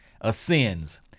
ascends